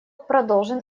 продолжим